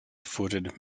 footed